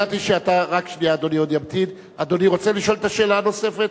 אדוני רוצה לשאול את השאלה הנוספת?